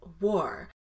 war